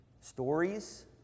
stories